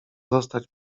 zostać